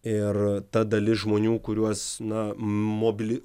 ir ta dalis žmonių kuriuos na mobili